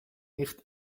nicht